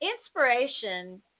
inspiration